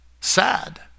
sad